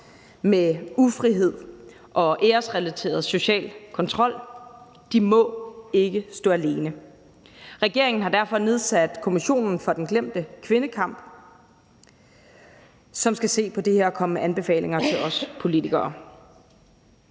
med ufrihed og æresrelateret social kontrol. De må ikke stå alene. Regeringen har derfor nedsat Kommissionen for den glemte kvindekamp, som skal se på det her og komme med anbefalinger til os politikere.